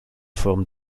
formes